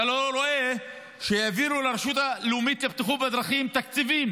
אתה לא רואה שהביאו לרשות הלאומית לבטיחות בדרכים תקציבים